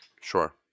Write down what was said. Sure